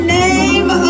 name